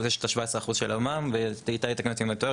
יש את ה-17% של המע"מ ואיתי יתקן אותי אם אני טועה,